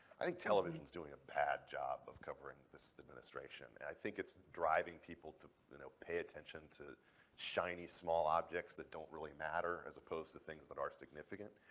i think television is doing a bad job of covering this administration. i think it's driving people to you know pay attention to shiny small objects that don't really matter as opposed to things that are significant.